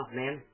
man